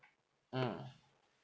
mm